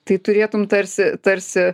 tai turėtum tarsi tarsi